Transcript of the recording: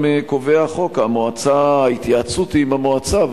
גם קובע החוק: התייעצות עם המועצה,